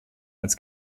als